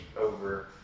over